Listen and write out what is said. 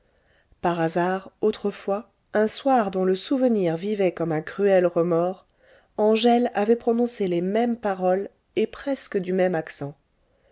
par hasard autrefois un soir dont le souvenir vivait comme un cruel remords angèle avait prononcé les mêmes paroles et presque du même accent